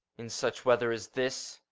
in such weather as this?